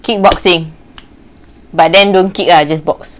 kickboxing but then don't kick ah just box